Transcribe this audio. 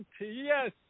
Yes